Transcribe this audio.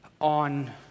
on